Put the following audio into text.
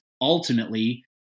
ultimately